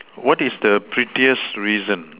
what is the prettiest reason